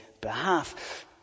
behalf